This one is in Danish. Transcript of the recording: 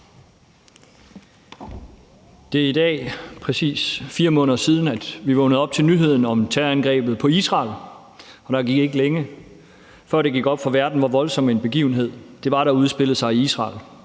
Det er i dag præcis 4 måneder siden, at vi vågnede op til nyheden om terrorangrebet på Israel, og der gik ikke længe, før det gik op for verden, hvor voldsom en begivenhed det var, der udspillede sig i Israel.